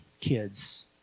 kids